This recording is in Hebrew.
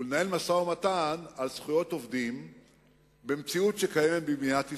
לנהל משא-ומתן על זכויות עובדים במציאות שקיימת במדינת ישראל,